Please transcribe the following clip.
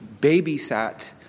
babysat